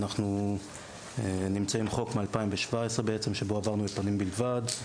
אנחנו עם חוק משנת 2017 שבו עברנו לפנים בלבד,